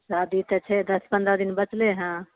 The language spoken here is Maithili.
शादी तऽ छै दस पंद्रह दिन बचलै हन